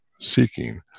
seeking